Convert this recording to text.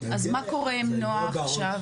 אז מה קורה עם נועה עכשיו?